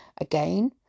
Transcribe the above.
again